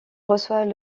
reçoit